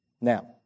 now